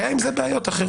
היו עם זה בעיות אחרות.